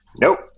Nope